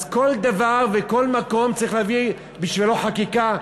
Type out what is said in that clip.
אז כל דבר וכל מקום צריך להביא בשבילו חקיקה?